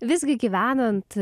visgi gyvenant